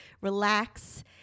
relax